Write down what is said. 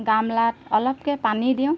গামলাত অলপকৈ পানী দিওঁ